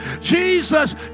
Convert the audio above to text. Jesus